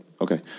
okay